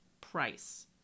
price